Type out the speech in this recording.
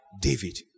David